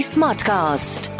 Smartcast